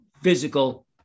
physical